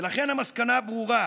ולכן המסקנה ברורה: